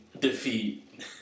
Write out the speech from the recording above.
defeat